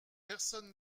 personne